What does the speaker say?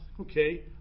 Okay